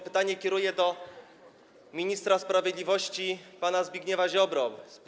Pytanie kieruję do ministra sprawiedliwości pana Zbigniewa Ziobry.